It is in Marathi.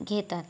घेतात